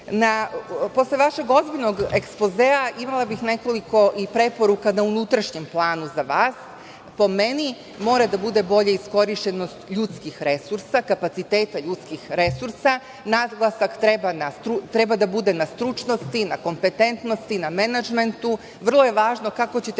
Vlade. Posle vašeg ozbiljnog ekspozea, imala bih nekoliko i preporuka na unutrašnjem planu za vas. Po meni, mora da bude bolja iskorišćenost ljudskih resursa, kapaciteta ljudskih resursa. Naglasak treba da bude na stručnosti, na kompetentnosti, na menadžmentu. Vrlo je važno kako ćete